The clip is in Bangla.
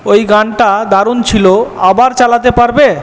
ওই গানটা দারুন ছিল আবার চালাতে পারবে